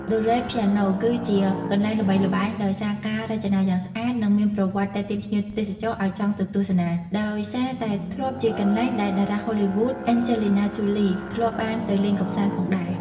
The Red Piano ក៏ជាកន្លែងល្បីល្បាញដោយសារការ រចនាយ៉ាងស្អាត និងមានប្រវត្តិទាក់ទាញភ្ញៀវទេសចរឲ្យចង់ទៅទស្សនា ដោយសារតែធ្លាប់ជាកន្លែងដែល តារាហូលីវូដ អេនជេលីណា ជូលី (Angelina Jolie) ធ្លាប់បានទៅលេងកម្សាន្ត ផងដែរ។